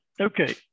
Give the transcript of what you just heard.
Okay